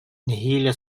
нэһиилэ